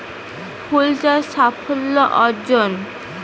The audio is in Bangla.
ফুল চাষ সাফল্য অর্জন?